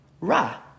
ra